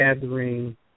gathering